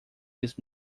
his